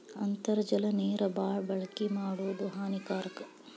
ಅಂತರ್ಜಲ ನೇರ ಬಾಳ ಬಳಕೆ ಮಾಡುದು ಹಾನಿಕಾರಕ